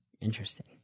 Interesting